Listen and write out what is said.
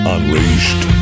Unleashed